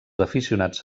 aficionats